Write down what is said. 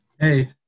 Hey